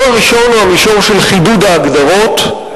הראשון הוא המישור של חידוד ההגדרות,